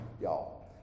y'all